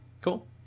Cool